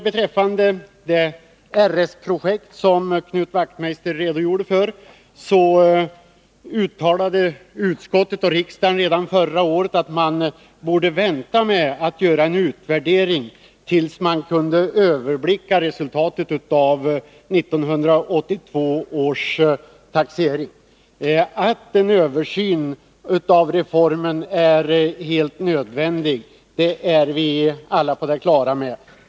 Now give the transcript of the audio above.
Beträffande det RS-projekt som Knut Wachtmeister redogjorde för uttalade utskottet och riksdagen redan förra året att man borde vänta med att göra en utvärdering tills man kunde överblicka resultatet av 1982 års taxering. Att en översyn av reformen är helt nödvändig är vi alla på det klara med.